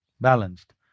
balanced